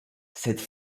cette